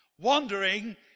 wondering